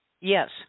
Yes